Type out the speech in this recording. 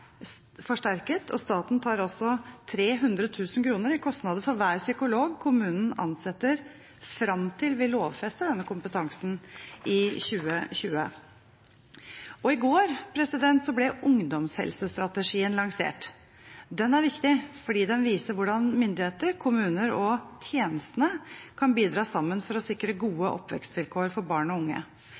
forsterket, og staten tar på seg 300 000 kr av kostnadene ved hver psykolog som kommunen ansetter fram til vi lovfester denne kompetansen i 2020. I går ble ungdomshelsestrategien lansert. Den er viktig fordi den viser hvordan myndigheter, kommuner og tjenestene kan bidra sammen for å sikre gode oppvekstsvilkår for barn og unge.